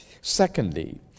Secondly